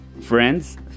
friends